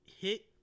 hit –